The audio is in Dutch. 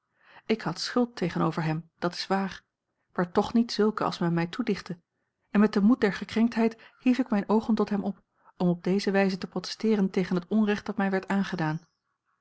ik had schuld tegenover hem dat is waar maar toch niet zulke als men mij toedichtte en met den moed der gekrenktheid hief ik mijne oogen tot hem op om op deze wijze te protesteeren tegen het onrecht dat mij werd aangedaan